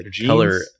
color